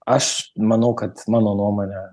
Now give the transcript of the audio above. aš manau kad mano nuomone